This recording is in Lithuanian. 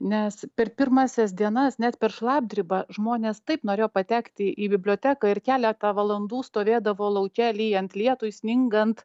nes per pirmąsias dienas net per šlapdribą žmonės taip norėjo patekti į biblioteką ir keletą valandų stovėdavo lauke lyjant lietui sningant